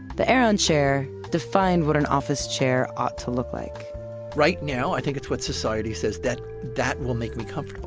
the aeron chair defined what an office chair ought to look like right now i think it's what society says, that that will make me comfortable.